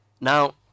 Now